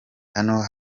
hano